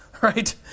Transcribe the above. Right